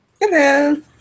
Hello